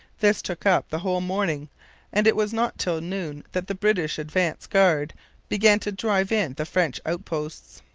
this took up the whole morning and it was not till noon that the british advance guard began to drive in the french outposts.